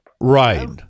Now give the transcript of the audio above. Right